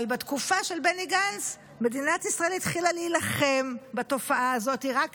בתקופה של בני גנץ מדינת ישראל התחילה להילחם בתופעה הזאת אבל היא רק